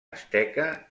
asteca